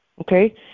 Okay